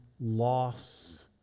loss